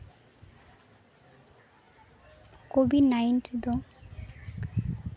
covid nineteen ᱫᱚ